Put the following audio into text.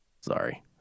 Sorry